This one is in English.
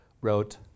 wrote